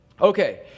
Okay